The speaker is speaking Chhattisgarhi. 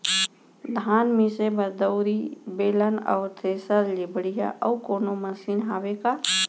धान मिसे बर दउरी, बेलन अऊ थ्रेसर ले बढ़िया अऊ कोनो मशीन हावे का?